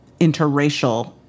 interracial